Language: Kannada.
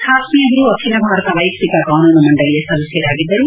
ಖಾಸ್ಲೀ ಅವರು ಅಖಿಲ ಭಾರತ ವೈಯಕ್ತಿಕ ಕಾನೂನು ಮಂಡಳಿಯ ಸದಸ್ವರಾಗಿದ್ದರು